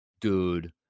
dude